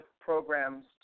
programs